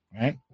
Right